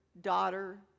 daughter